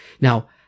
now